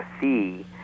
see